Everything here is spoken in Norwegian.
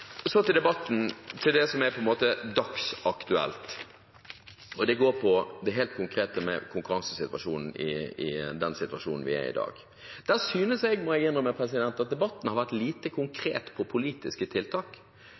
Så til debatten, til det som er dagsaktuelt, det helt konkrete med konkurransesituasjonen i den situasjonen vi er i i dag: Der må jeg innrømme at jeg synes at debatten har vært lite konkret med tanke på politiske tiltak.